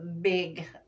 big